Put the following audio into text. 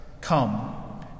Come